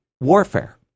warfare